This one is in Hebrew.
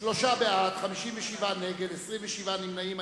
שלושה בעד, 57 נגד, 27 נמנעים.